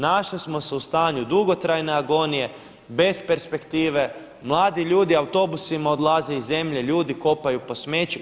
Našli smo se u stanju dugotrajne agonije, bez perspektive mladi ljudi autobusima odlaze iz zemlje, ljudi kopaju po smeću.